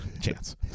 Chance